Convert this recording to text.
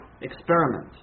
experiment